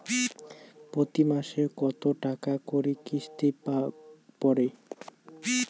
প্রতি মাসে কতো টাকা করি কিস্তি পরে?